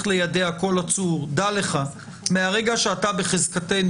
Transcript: ליידע כל עצור שידע שמרגע שהוא בחזקתנו,